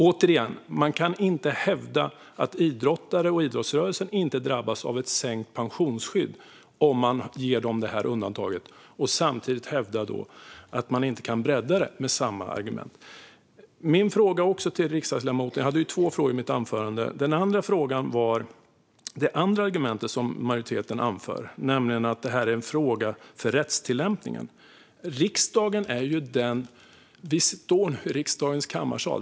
Återigen: Man kan inte hävda att idrottare och idrottsrörelsen inte drabbas av ett sänkt pensionsskydd om man ger dem det här undantaget och samtidigt med samma argument hävda att man inte kan bredda det. Jag hade två frågor i mitt anförande. Den andra frågan till riksdagsledamoten handlar om det andra argumentet som majoriteten anför, nämligen att det här är en fråga för rättstillämpningen. Vi står nu i riksdagens kammarsal.